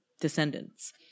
descendants